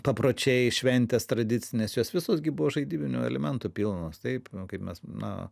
papročiai šventės tradicinės jos visos gi buvo žaidybinių elementų pilnos taip kaip mes na